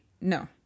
No